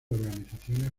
organizaciones